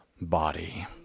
body